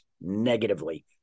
negatively